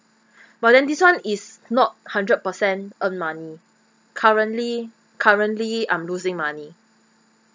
but then this one is not hundred percent earn money currently currently I'm losing money